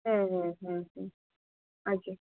ହୁଁ ହୁଁ ହୁଁ ଆଜ୍ଞା